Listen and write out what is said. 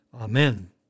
Amen